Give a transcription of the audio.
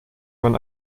man